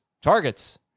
targets